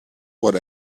what